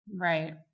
Right